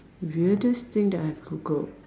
weirdest thing that I have Googled